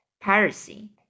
piracy